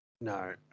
no